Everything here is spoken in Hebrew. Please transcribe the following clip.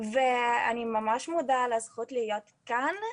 אני ממש מודה על הזכות להיות כאן.